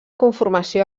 conformació